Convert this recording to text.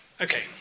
Okay